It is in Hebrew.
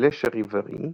"Le Charivari"